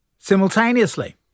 Simultaneously